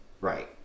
Right